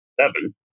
seven